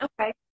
Okay